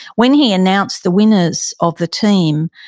when he announced the winners of the team,